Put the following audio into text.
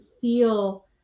feel